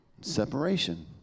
Separation